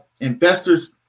investors